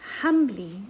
humbly